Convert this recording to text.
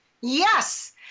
Yes